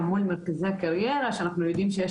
גם מול מרכזי הקריירה שאנחנו יודעים שיש